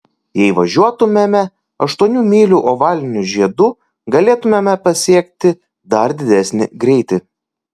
jei važiuotumėme aštuonių mylių ovaliniu žiedu galėtumėme pasiekti dar didesnį greitį